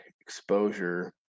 Exposure